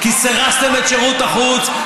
כי סירסתם את שירות החוץ,